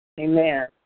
Amen